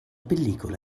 pellicola